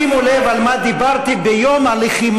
שימו לב על מה דיברתי ביום הלחימה,